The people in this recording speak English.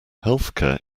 healthcare